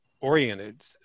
Oriented